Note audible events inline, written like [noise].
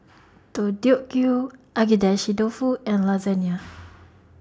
[noise] Deodeok Gui Agedashi Dofu and Lasagna